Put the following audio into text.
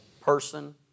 person